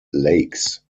lakes